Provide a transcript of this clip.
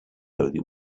holy